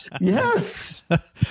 Yes